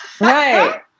Right